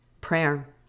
prayer